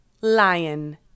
lion